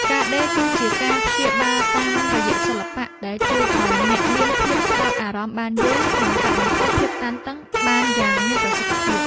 ការដេរគឺជាការព្យាបាលតាមរយៈសិល្បៈ ដែលជួយឱ្យអ្នកមានភាពផ្ដោតអារម្មណ៍បានយូរ និងកាត់បន្ថយភាពតានតឹងបានយ៉ាងមានប្រសិទ្ធភាព។